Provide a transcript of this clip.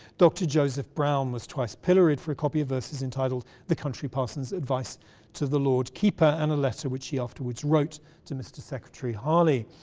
dr joseph brown was twice pilloried for a copy of verses intituled the country parson's advice to the lord-keeper and a letter which he afterwards wrote to mr. secretary harley.